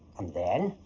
then,